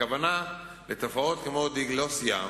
הכוונה לתופעות כמו דיגלוסיה,